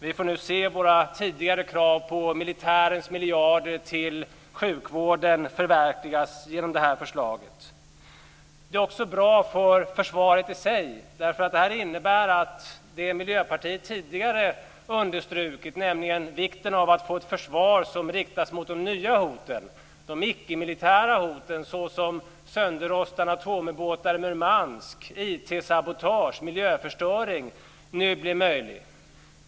Vi får nu se våra tidigare krav på militärens miljarder till sjukvården förvekligas genom förslaget. Det är också bra för försvaret i sig. Det innebär att det Miljöpartiet tidigare understrukit, nämligen vikten av att få ett försvar som riktar sig mot de nya hoten - de icke-militära hoten, såsom sönderrostade atomubåtar i Murmansk, IT-sabotage och miljöförstöring - nu blir möjlig.